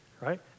right